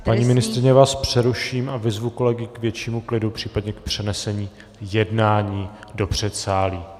Paní ministryně, já vás přeruším a vyzvu kolegy k většímu klidu případně k přenesení jednání do předsálí.